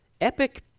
epic